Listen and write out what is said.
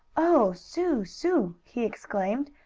oh, sue! sue! he exclaimed.